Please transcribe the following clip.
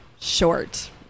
short